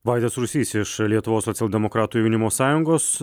vaidas rusys iš lietuvos socialdemokratų jaunimo sąjungos